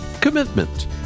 Commitment